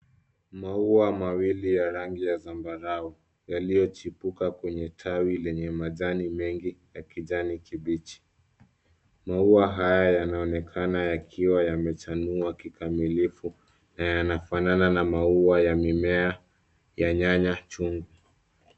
Maua mawili ya rangi ya zambarau yaliyochipuka kwenye tawi lenye majani mengi ya kijani kibichi. Maua haya yanaonekana yakiwa yamechanua kikamilifu na yanafanana na maua ya mimea ya nyanya chungu.